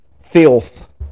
filth